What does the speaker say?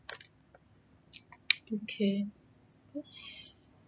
okay yes